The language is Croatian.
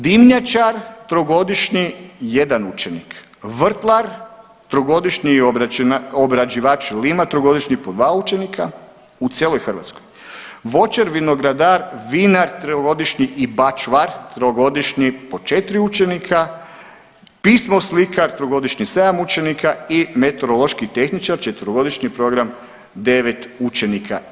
Dimnjačar trogodišnji 1 učenik, vrtlar trogodišnji i obrađivač lima trogodišnji po 2 učenika u cijeloj Hrvatskoj, voćar, vinogradar, vinar trogodišnji i bačvar trogodišnji po 4 učenika, pismoslikar trogodišnji 7 učenika i meteorološki tehničar četverogodišnji program 9 učenika.